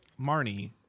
Marnie